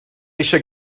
eisiau